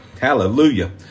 Hallelujah